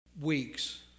weeks